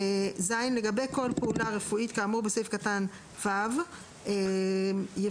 (ז)לגבי כל פעולה רפואית כאמור בסעיף קטן (ו) יפורטו